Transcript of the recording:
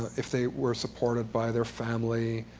if they were supported by their family,